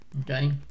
okay